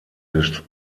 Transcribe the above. des